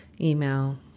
email